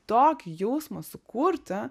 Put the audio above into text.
tokį jausmą sukurti